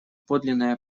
подлинное